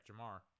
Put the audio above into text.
Jamar